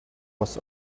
was